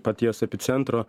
paties epicentro